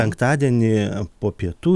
penktadienį po pietų